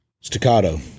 staccato